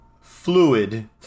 fluid